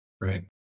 Right